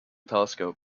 telescope